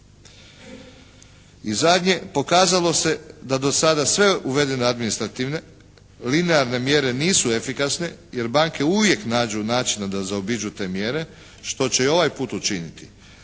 I zadnje, pokazalo se da do sada sve uvedene administrativne linearne mjere nisu efikasne jer banke uvijek nađu načina da zaobiđu te mjere što će i ovaj put učiniti